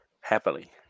Happily